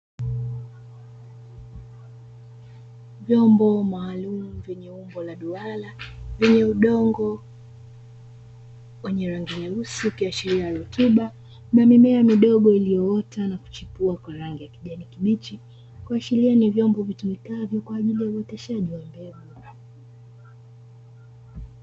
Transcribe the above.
Vyobo maalumu vyenye umbo la duara vyenye udongo wenye rangi nyeusi ukiashiria rutuba na mimea midogo iliyoita na kuchipua kwa rangi ya kijani kibichi, kuashiria ni vyombo vitumikavyo kwa ajili ya uoteshaji wa mbegu.